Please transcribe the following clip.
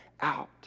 out